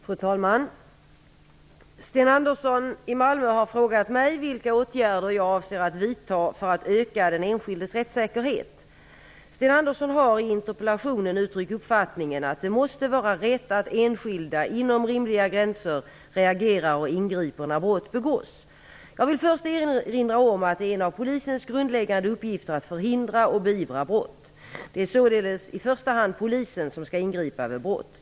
Fru talman! Sten Andersson i Malmö har frågat mig vilka åtgärder jag avser att vidta för att öka den enskildes rättssäkerhet. Sten Andersson har i interpellationen uttryckt uppfattningen att det måste vara rätt att enskilda inom rimliga gränser reagerar och ingriper när brott begås. Jag vill först erinra om att det är en av polisens grundläggande uppgifter att förhindra och beivra brott. Det är således i första hand polisen som skall ingripa vid brott.